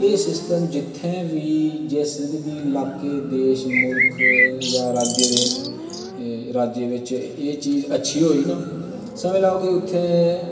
एह् सिस्टम जित्थे बी जिस बी लाके देश मुल्ख यां राज्य दे राज्य बिच एह् चीज अच्छी होई ना समझ लैओ की उत्थैं